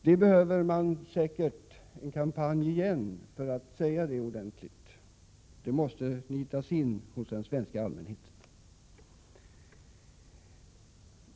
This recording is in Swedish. Det behövs säkert en kampanj igen för att tala om detta ordentligt, det måste alltså nitas in hos den svenska allmänheten.